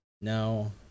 No